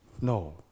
no